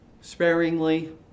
sparingly